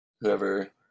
whoever